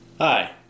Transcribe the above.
Hi